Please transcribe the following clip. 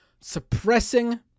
suppressing